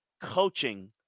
coaching